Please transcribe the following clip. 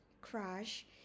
crush